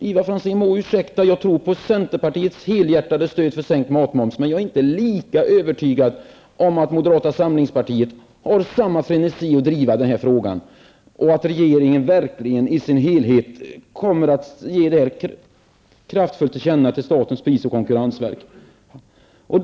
Ivar Franzén får ursäkta, jag tror på centerpartiets helhjärtade stöd för sänkt matmoms, men jag är inte lika övertygad om att moderata samlingspartiet vill driva den här frågan med samma frenesi eller att regeringen i dess helhet verkligen kommer att ge priskontrollen kraftfullt till känna till statens prisoch konkurrensverket.